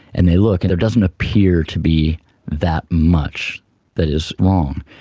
and they look and it doesn't appear to be that much that is wrong.